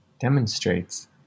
demonstrates